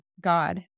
God